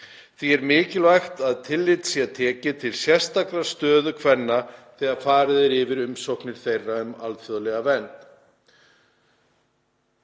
Því er mikilvægt að tillit sé tekið til sérstakrar stöðu kvenna þegar farið er yfir umsóknir þeirra um alþjóðlega vernd.“